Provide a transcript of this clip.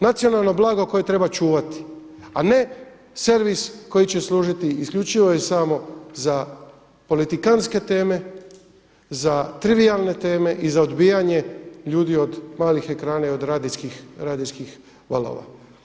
Nacionalno blago koje treba čuvati, a ne servis koji će služiti isključivo i samo za politikantske teme, za trivijalne teme i za odbijanje ljudi od malih ekrana i od radijskih valova.